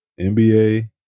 NBA